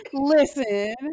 Listen